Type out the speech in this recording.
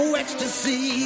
ecstasy